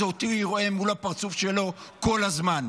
אז אותי הוא יראה מול הפרצוף שלו כל הזמן.